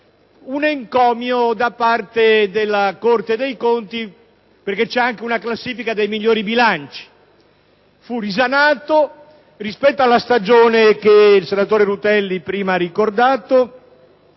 un encomio da parte della Corte dei conti, perché esiste anche una classifica dei migliori bilanci. Dunque, il bilancio fu risanato e rispetto alla stagione che il senatore Rutelli prima ha ricordato